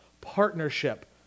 Partnership